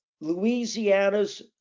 Louisiana's